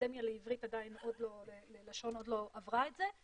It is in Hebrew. האקדמיה ללשון העברית עוד לא עברה את זה.